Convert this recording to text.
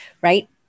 Right